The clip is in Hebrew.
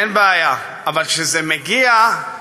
אין בעיה, סליחה.